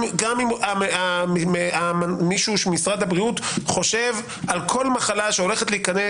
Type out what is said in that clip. גם אם מישהו במשרד הבריאות חושב על כל מחלה שהולכת להיכנס.